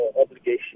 obligation